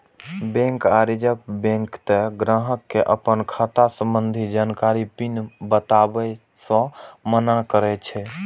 bank आ reserve bank तें ग्राहक कें अपन खाता संबंधी जानकारी, पिन बताबै सं मना करै छै